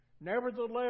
Nevertheless